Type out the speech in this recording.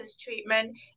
treatment